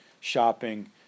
shopping